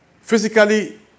Physically